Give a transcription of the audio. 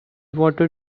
water